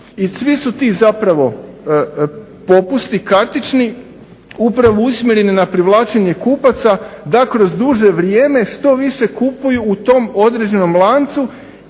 i svi su ti popusti kartični upravo usmjereni na privlačenje kupaca da kroz duže vrijeme što više kupuju u tom određenom lancu